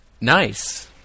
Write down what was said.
Nice